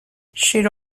شیر